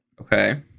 Okay